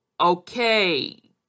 okay